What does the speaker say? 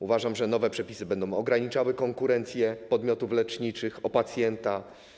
Uważam, że nowe przepisy będą ograniczały konkurencję podmiotów leczniczych o pacjenta.